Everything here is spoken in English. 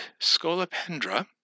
scolopendra